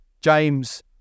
James